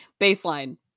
Baseline